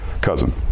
cousin